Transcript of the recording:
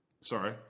Sorry